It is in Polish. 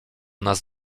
nas